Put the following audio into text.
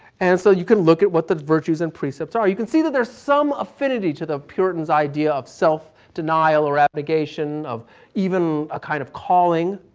and so you can look at what the virtues and precepts are. you can see that there is some affinity to the puritan's idea of self-denial, or abnegation, of even a kind of calling.